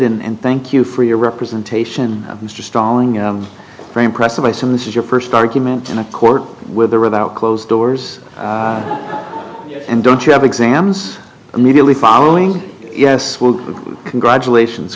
and thank you for your representation of mr stalling a very impressive my son this is your first argument in a court with or without closed doors and don't you have exams immediately following yes well congratulations